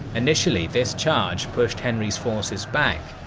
initially, this charge pushed henry's forces back,